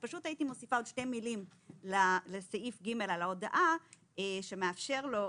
פשוט הייתי מוסיפה עוד שתי מלים לסעיף (ג) על ההודעה שמאפשר לו